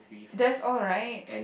that's all right